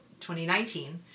2019